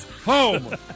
Home